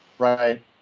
Right